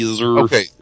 Okay